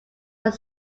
are